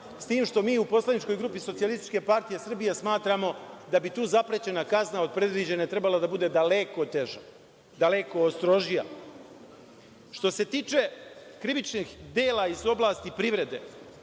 s tim što mi u poslaničkoj grupi SPS smatramo da bi tu zaprećena kazna od predviđene trebala da bude daleko teža, daleko strožija. Što se tiče krivičnih dela iz oblasti privrede,